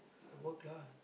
your work lah